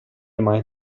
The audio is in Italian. mai